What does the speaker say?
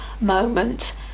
moment